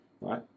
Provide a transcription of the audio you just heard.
right